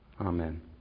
Amen